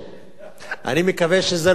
אני מקווה שזה לא סימן לבאות.